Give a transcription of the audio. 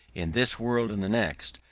in this world and the next,